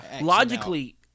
Logically